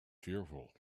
fearful